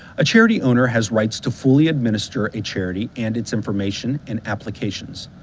a charity owner has rights to fully administer a charity and its information and applications.